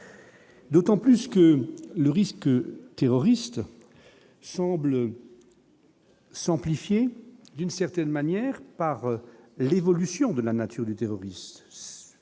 D'autant plus que le risque terroriste semble s'amplifier d'une certaine manière, par l'évolution de la nature du terrorisme